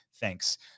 Thanks